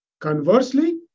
Conversely